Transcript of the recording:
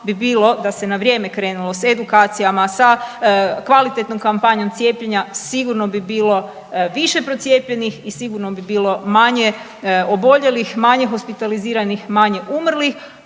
da se na vrijeme krenulo sa edukacijama, sa kvalitetnom kampanjom cijepljenja, sigurno bi bilo više procijepljenih i sigurno bi bilo manje oboljelih, manje hospitaliziranih, manje umrlih,